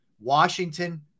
Washington